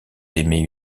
d’aimer